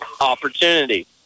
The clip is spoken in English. opportunity